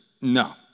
No